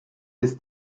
ist